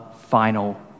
final